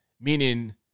meaning